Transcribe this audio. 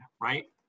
right